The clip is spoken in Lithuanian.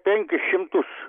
penkis šimtus